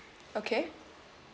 okay